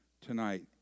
tonight